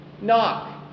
knock